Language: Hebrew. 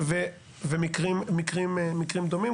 ומקרים דומים.